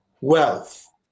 wealth